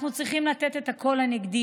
אנחנו צריכים לתת את הקול הנגדי.